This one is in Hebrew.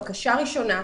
בקשה ראשונה,